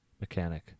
mechanic